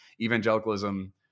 evangelicalism